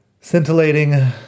Scintillating